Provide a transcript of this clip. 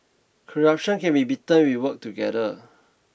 corruption can be beaten if we work together